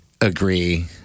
agree